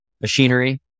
machinery